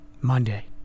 Monday